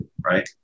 right